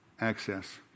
access